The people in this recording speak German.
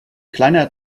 kleiner